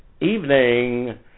evening